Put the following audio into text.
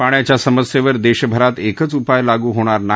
पाण्याच्या समस्यान्ति दर्शमरात एकच उपाय लागू होणार नाही